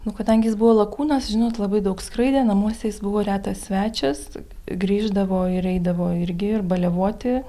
nu kadangi jis buvo lakūnas žinot labai daug skraidė namuose jis buvo retas svečias grįždavo ir eidavo irgi ir baliavoti